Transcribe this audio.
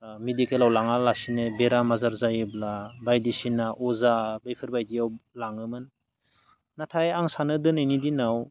मिडिकेलाव लाङालासेनो बेराम आजार जायोब्ला बायदिसिना अजा बेफोरबायदियाव लाङोमोन नाथाय आं सानो दिनैनि दिनाव